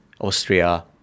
Austria